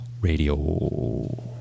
radio